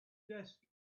desk